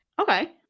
Okay